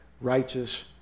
righteous